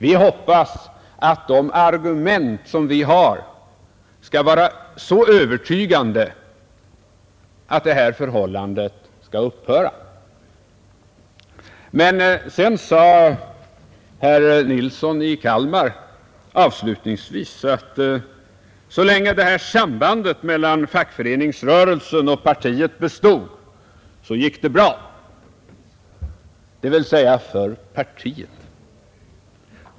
Vi hoppas att de argument vi har skall vara så övertygande att detta förhållande upphör. Herr Nilsson i Kalmar sade anslutningsvis att så länge sambandet mellan fackföreningsrörelsen och partiet bestod gick det bra. Det vill säga för partiet.